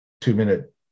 two-minute